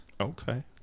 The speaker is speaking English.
okay